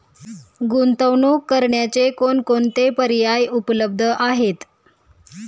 गुंतवणूक करण्याचे कोणकोणते पर्याय उपलब्ध आहेत?